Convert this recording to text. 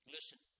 Listen